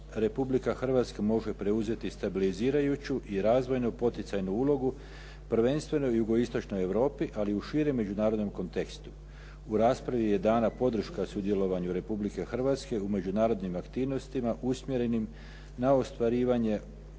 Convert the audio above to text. Hrvatska može preuzeti stabilizirajuću i razvojno poticajnu ulogu prvenstveno u jugo-istočnoj Europi ali u širem međunarodnom kontekstu. U raspravi je dana podrška sudjelovanju Republike Hrvatske u međunarodnim aktivnostima usmjerenim na ostvarivanje